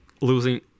losing